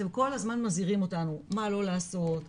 אתם כל הזמן מזהירים מה לא לעשות,